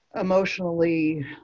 emotionally